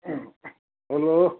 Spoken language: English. hello